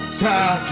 time